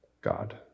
God